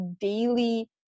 daily